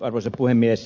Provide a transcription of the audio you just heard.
arvoisa puhemies